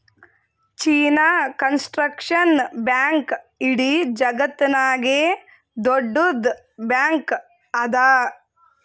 China construction bank ಇಡೀ ಜಗತ್ತನಾಗೆ ದೊಡ್ಡುದ್ ಬ್ಯಾಂಕ್ ಅದಾ